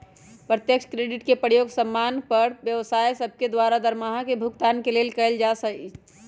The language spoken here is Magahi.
प्रत्यक्ष क्रेडिट के प्रयोग समान्य पर व्यवसाय सभके द्वारा दरमाहा के भुगतान के लेल कएल जाइ छइ